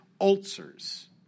ulcers